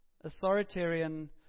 authoritarian